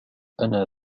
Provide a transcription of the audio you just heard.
أنا